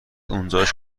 اونجاش